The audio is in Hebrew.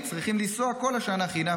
צריכים לנסוע כל השנה חינם,